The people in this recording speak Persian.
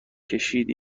ﻧﻌﺮه